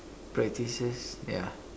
practices ya